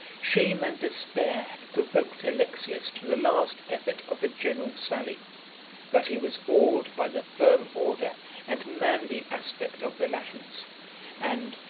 shame and despair had provoked alexius to the last effort of a general sally but he was awed by the firm order and manly aspect of the latins and,